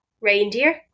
reindeer